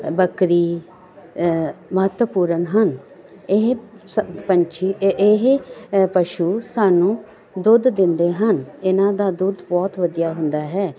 ਅ ਬੱਕਰੀ ਮਹੱਤਵਪੂਰਨ ਹਨ ਇਹ ਸ ਪੰਛੀ ਇ ਇਹ ਅ ਪਸ਼ੂ ਸਾਨੂੰ ਦੁੱਧ ਦਿੰਦੇ ਹਨ ਇਹਨਾਂ ਦਾ ਦੁੱਧ ਬਹੁਤ ਵਧੀਆ ਹੁੰਦਾ ਹੈ